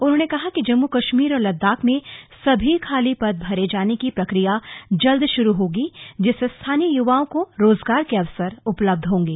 उन्होंने कहा कि जम्मू कश्मीर और लद्दाख में सभी खाली पद भरे जाने की प्रक्रिया जल्द शुरू होगी जिससे स्थानीय युवाओं को रोजगार के अवसर उपलब्ध होंगे